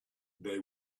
they